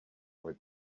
with